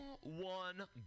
one